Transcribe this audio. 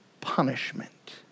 punishment